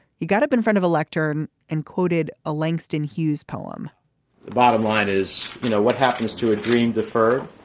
he got up in front of a lectern and quoted a langston hughes poem the bottom line is you know what happens to a dream deferred.